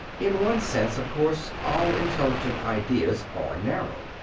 in one sense, of course, all intelligent ideas are narrow.